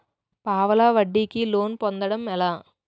పావలా వడ్డీ కి లోన్ పొందటం ఎలా?